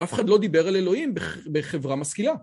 אף אחד לא דיבר על אלוהים בח - בחברה משכילה.